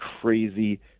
crazy